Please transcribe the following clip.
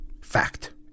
Fact